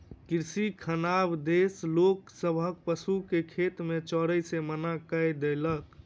कृषक खानाबदोश लोक सभक पशु के खेत में चरै से मना कय देलक